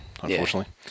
unfortunately